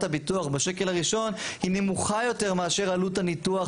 הביטוח בשקל הראשון היא נמוכה יותר מאשר עלות הניתוח